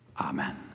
Amen